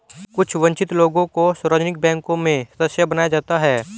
कुछ वन्चित लोगों को सार्वजनिक बैंक में सदस्य बनाया जाता है